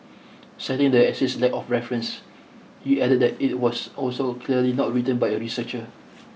citing the essay's lack of references he added that it was also clearly not written by a researcher